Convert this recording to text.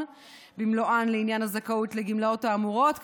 במלואן לעניין הזכאות לגמלאות האמורות,